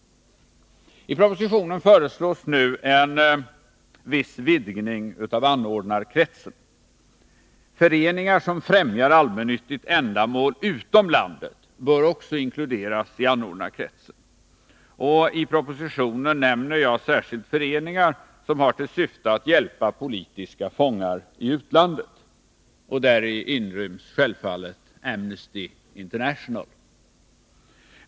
I propositionen föreslås nu en viss vidgning av anordnarkretsen. Föreningar som främjar allmännyttiga ändamål utom landet bör också inkluderas i anordnarkretsen, och i propositionen nämner jag särskilt föreningar som har till syfte att hjälpa politiska fångar i utlandet. Däri inryms självfallet Amnesty International.